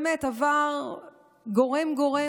באמת עבר גורם-גורם,